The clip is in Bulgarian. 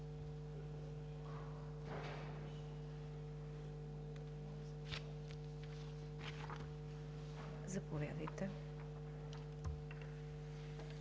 заповядайте,